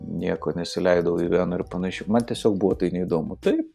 nieko nesileidau į veną ir panašių man tiesiog buvo tai neįdomu taip